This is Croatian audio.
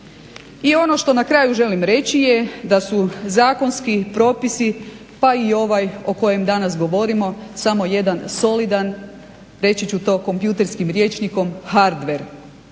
I ono što na kraju želim reći je da su zakonski propisi, pa i ovaj o kojem danas govorimo, samo jedan solidan, reći ću to kompjutorskim rječnikom hardver.